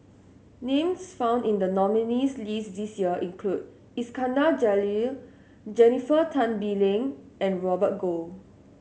names found in the nominees' list this year include Iskandar Jalil Jennifer Tan Bee Leng and Robert Goh